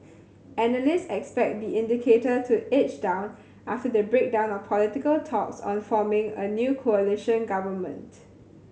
analyst expect the indicator to edge down after the breakdown of political talks on forming a new coalition government